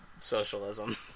socialism